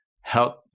help